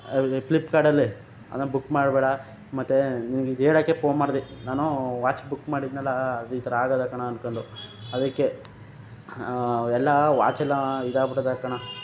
ಈ ಪ್ಲಿಪ್ಕಾರ್ಟಲ್ಲಿ ಅದನ್ನು ಬುಕ್ ಮಾಡಬೇಡ ಮತ್ತು ನಿಂಗೆ ಇದು ಹೇಳೋಕೆ ಪೋನ್ ಮಾಡಿದೆ ನಾನೂ ವಾಚ್ ಬುಕ್ ಮಾಡಿದ್ನಲ್ಲಾ ಅದು ಈ ಥರ ಆಗಿದೆ ಕಣ ಅನ್ಕೊಂಡು ಅದಕ್ಕೆ ಎಲ್ಲಾ ವಾಚೆಲ್ಲಾ ಇದಾಗ್ಬಿಟ್ಟದೆ ಕಣ